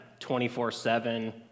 24-7